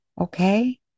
okay